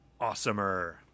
awesomer